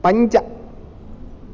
पञ्च